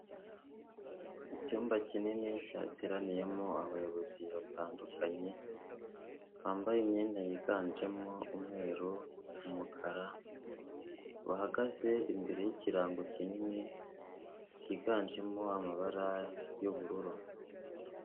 Icyumba kinini cyateraniyemo abayobozi batandukanye, bambaye imyenda yiganjemo umweru, umukara, bahagaze imbere y'ikirarango kinini cyiganjemo amabara y'ubururu.